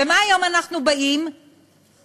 ומה היום אנחנו באים ועושים?